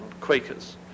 Quakers